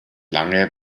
lange